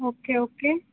okay okay